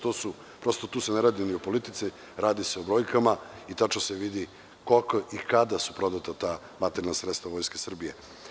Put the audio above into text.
Tu se ne radi ni o politici, radi se o brojkama i tačno se vidi koliko i kada su prodata ta materijalna sredstva Vojske Srbije.